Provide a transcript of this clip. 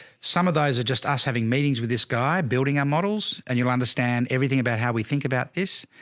some of those are just us having meetings with this guy, building our models and you'll understand everything about how we think about this.